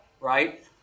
right